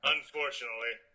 Unfortunately